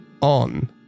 on